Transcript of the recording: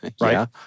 Right